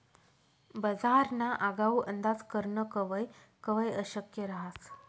बजारना आगाऊ अंदाज करनं कवय कवय अशक्य रहास